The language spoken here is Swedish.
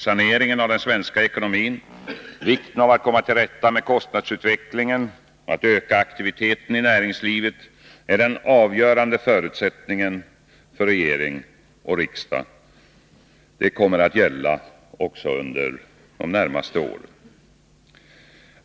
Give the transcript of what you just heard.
Saneringen av den svenska ekonomin samt vikten av att komma till rätta med kostnadsutvecklingen och öka aktiviteten i näringslivet är den avgörande förutsättningen för regering och riksdag. Det kommer att gälla även under de närmaste åren.